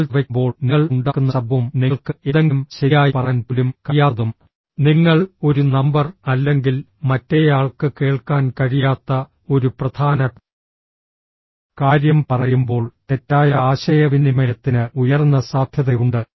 നിങ്ങൾ ചവയ്ക്കുമ്പോൾ നിങ്ങൾ ഉണ്ടാക്കുന്ന ശബ്ദവും നിങ്ങൾക്ക് എന്തെങ്കിലും ശരിയായി പറയാൻ പോലും കഴിയാത്തതും നിങ്ങൾ ഒരു നമ്പർ അല്ലെങ്കിൽ മറ്റേയാൾക്ക് കേൾക്കാൻ കഴിയാത്ത ഒരു പ്രധാന കാര്യം പറയുമ്പോൾ തെറ്റായ ആശയവിനിമയത്തിന് ഉയർന്ന സാധ്യതയുണ്ട്